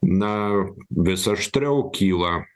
na vis aštriau kyla